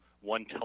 one